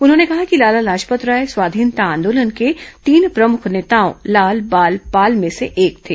उन्होंने कहा कि लाला लाजपत राय स्वाधीनता आंदोलन के तीन प्रमुख नेताओं लाल बाल पाल में से एक थे